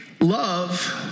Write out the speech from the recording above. love